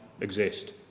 exist